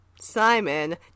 Simon